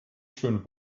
schön